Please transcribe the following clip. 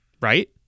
Right